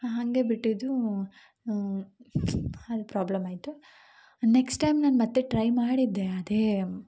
ಹಾಂಗೆ ಬಿಟ್ಟಿದ್ದು ಅದು ಪ್ರಾಬ್ಲಮ್ ಆಯಿತು ನೆಕ್ಸ್ಟ್ ಟೈಮ್ ನಾನು ಮತ್ತು ಟ್ರೈ ಮಾಡಿದ್ದೆ ಅದೇ